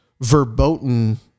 verboten